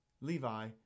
Levi